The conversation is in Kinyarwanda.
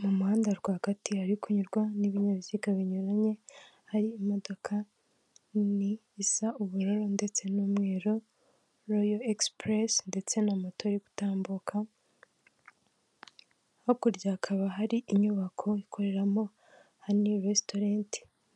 Mu muhanda rwagati hari kunyurwa n'ibinyabiziga binyuranye hari imodoka nini isa ubururu ndetse n'umweru royo exipuresi ndetse na moto iri gutambuka, hakurya hakaba hari inyubako ikoreramo hani restora